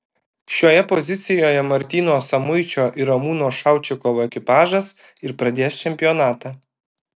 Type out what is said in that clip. šioje pozicijoje martyno samuičio ir ramūno šaučikovo ekipažas ir pradės čempionatą